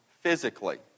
physically